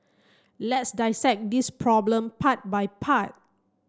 let's dissect this problem part by part